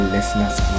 Listeners